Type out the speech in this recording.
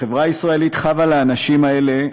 החברה הישראלית חבה לאנשים האלה,